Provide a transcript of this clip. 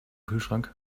kühlschrank